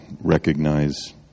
recognize